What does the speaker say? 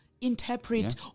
interpret